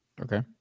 Okay